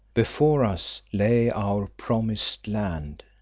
before us lay our promised land.